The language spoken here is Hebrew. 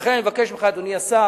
ולכן, אני מבקש ממך, אדוני השר,